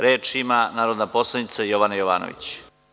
Reč ima narodna poslanica Jovana Jovanović.